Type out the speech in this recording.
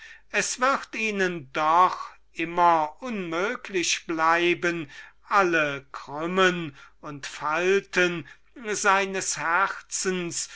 es wird ihnen doch immer unmöglich bleiben alle krümmen und falten seines herzens